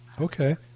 Okay